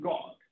God